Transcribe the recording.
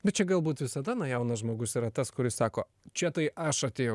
bet čia galbūt visada na jaunas žmogus yra tas kuris sako čia tai aš atėjau